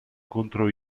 contro